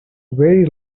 very